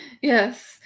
Yes